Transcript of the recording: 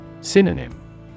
Synonym